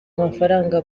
amafaranga